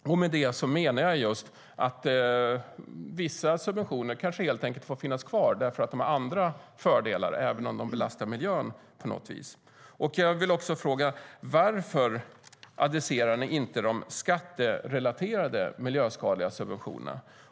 Med det menar jag att vissa subventioner kanske helt enkelt ska finnas kvar för att de har andra fördelar även om de belastar miljön. Varför adresserar ni inte de skatterelaterade miljöskadliga subventionerna?